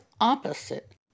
opposite